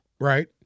Right